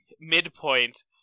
midpoint